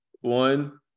One